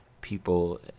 people